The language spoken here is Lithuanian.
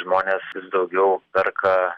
žmonės daugiau perka